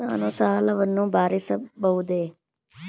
ನಾನು ಸಾಲವನ್ನು ಭರಿಸಬಹುದೇ?